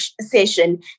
session